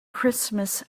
christmas